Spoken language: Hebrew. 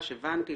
הבנתי,